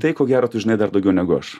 tai ko gero tu žinai dar daugiau negu aš